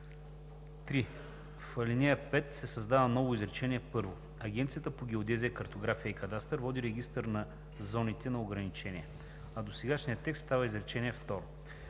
3. В ал. 5 се създава ново изречение първо: „Агенцията по геодезия, картография и кадастър води регистър за зоните на ограничения.“, а досегашният текст става изречение второ.